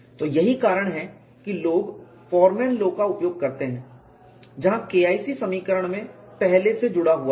तो यही कारण है कि लोग फाॅरमैन लाॅ का उपयोग करते हैं जहां KIC समीकरण में पहले से जुड़ा हुआ है